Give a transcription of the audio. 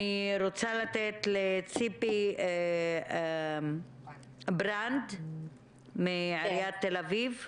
ציפי ברנד מעיריית תל אביב,